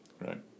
Right